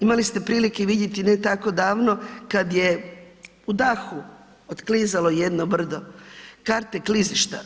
Imali ste prilike vidjeti ne tako davno kad je u dahu otklizalo jedno brdo, karte klizišta.